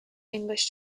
english